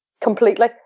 completely